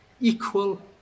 equal